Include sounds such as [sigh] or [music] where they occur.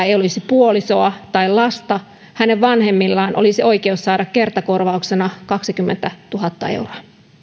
[unintelligible] ei olisi puolisoa tai lasta hänen vanhemmillaan olisi oikeus saada kertakorvauksena kaksikymmentätuhatta euroa